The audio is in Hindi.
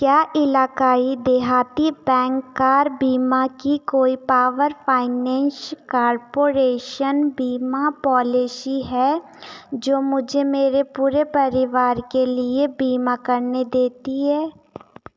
क्या इलाक़ाई देहाती बैंक कार बीमा की कोई पावर फाइनेंस कॉर्पोरेशन बीमा पॉलिसी है जो मुझे मेरे पूरे परिवार के लिए बीमा करने देती है